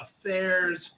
affairs